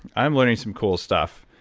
i'm learning some cool stuff.